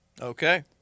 Okay